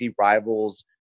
rivals